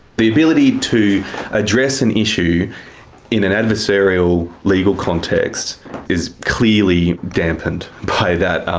the ability to address an issue in an adversarial legal context is clearly dampened by that,